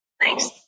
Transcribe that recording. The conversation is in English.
Thanks